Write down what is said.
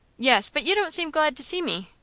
yes but you don't seem glad to see me?